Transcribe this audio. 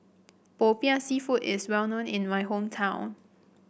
Popiah seafood is well known in my hometown